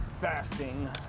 fasting